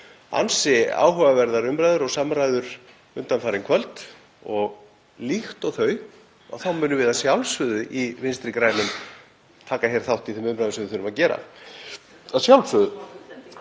ansi áhugaverðar umræður og samræður undanfarin kvöld og líkt og þau kvöld munum við að sjálfsögðu í Vinstri grænum taka þátt í þeim umræðum sem við þurfum að taka